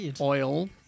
oil